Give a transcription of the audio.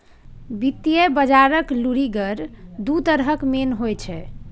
वित्तीय बजारक लुरिगर दु तरहक मेन होइ छै